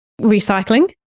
recycling